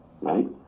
right